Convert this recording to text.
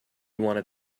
wanted